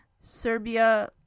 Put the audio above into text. Serbia